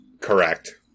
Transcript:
Correct